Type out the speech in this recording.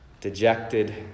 dejected